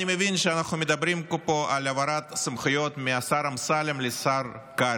אני מבין שאנחנו מדברים פה על העברת סמכויות מהשר אמסלם לשר קרעי.